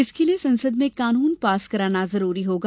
इसके लिए संसद में कानून पास कराना जरूरी होगा